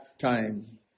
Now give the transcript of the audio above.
time